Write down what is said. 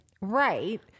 Right